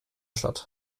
statt